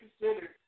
considered